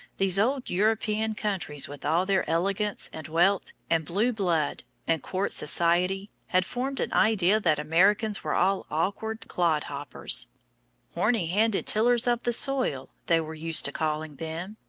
these old european countries with all their elegance, and wealth, and blue blood, and court society, had formed an idea that americans were all awkward clod-hoppers horny-handed tillers of the soil, they were used to calling them,